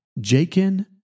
Jacob